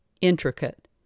intricate